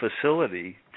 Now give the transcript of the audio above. facility